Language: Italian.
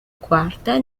quarta